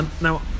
now